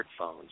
smartphones